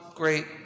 great